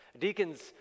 deacons